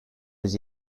yüz